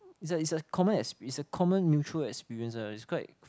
it's a it's a common it's a common mutual experience lah which is quite